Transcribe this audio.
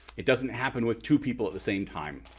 it doesn't happen with two people at the same time.